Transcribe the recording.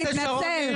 להתנצל.